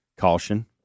Caution